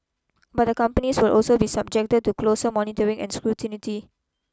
but the companies will also be subjected to closer monitoring and scrutinity